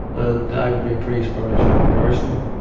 and i've been a pretty spiritual person.